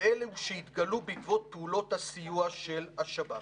ואלה שהתגלו בעקבות פעולות הסיוע של השב"כ.